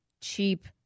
cheap